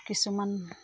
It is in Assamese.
কিছুমান